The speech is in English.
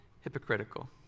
hypocritical